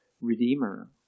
redeemer